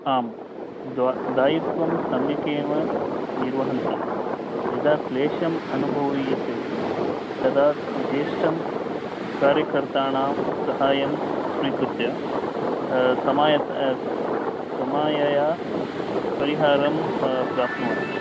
आम् द्वा दायित्वं सम्यक् एव निर्वहन्ति यदा क्लेशम् अनुभूयिते तदा जेष्ठं कार्यकर्तानां सहायं स्वीकृत्य समायत् समायया परिहारं प्राप्नुवन्ति